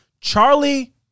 Charlie